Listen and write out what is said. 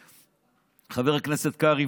חבר הכנסת קרעי,